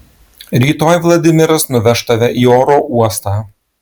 rytoj vladimiras nuveš tave į oro uostą